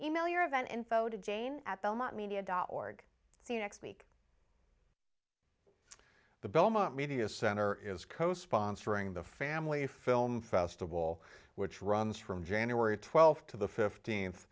e mail your event info to jane at belmont media dot org see you next week the belmont media center is co sponsoring the family film festival which runs from january twelfth to the fifteenth